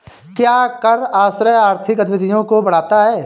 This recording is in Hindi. क्या कर आश्रय आर्थिक गतिविधियों को बढ़ाता है?